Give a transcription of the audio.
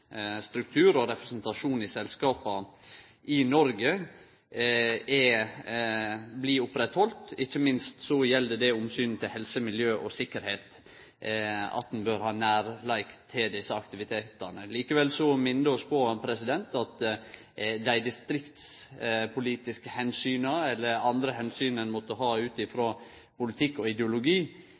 driftsstruktur og representasjonen i selskapa i Noreg blir oppretthaldne, ikkje minst gjer omsynet til helse, miljø og sikkerheit at ein bør ha nærleik til desse aktivitetane. Likevel vil eg minne om at distriktspolitiske omsyn, eller andre omsyn ein måtte ha ut frå politikk og ideologi,